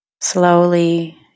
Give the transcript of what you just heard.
Slowly